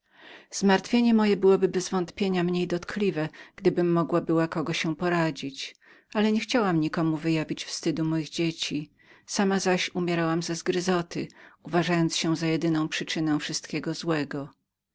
zmartwienie moje byłoby mniej dotkliwem gdybym mogła była kogo się poradzić ale niechciałam objawiać wstydu moich dzieci sama zaś umierałam ze zgryzoty uważając się za jedyną przyczynę wszystkiego złego